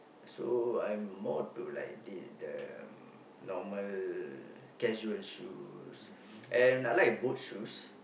so I'm more to like in the normal casual shoes and I like boot shoes